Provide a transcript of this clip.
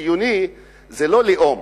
ציוני זה לא לאום,